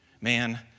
Man